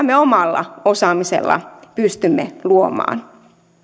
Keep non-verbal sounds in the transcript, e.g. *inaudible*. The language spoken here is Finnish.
*unintelligible* me omalla osaamisella pystymme luomaan